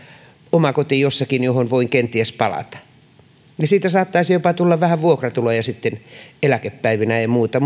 oma koti jossakin johon voin kenties palata ja siitä saattaisi jopa tulla vähän vuokratuloja sitten eläkepäivinä ja muuta